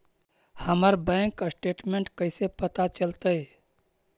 हमर bank statement कैसे पता चलतै?